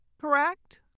correct